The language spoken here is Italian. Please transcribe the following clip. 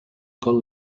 con